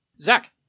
Zach